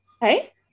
Hey